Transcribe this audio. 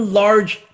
large